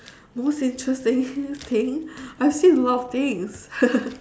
most interesting thing I've seen a lot of things